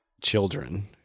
children